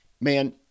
Man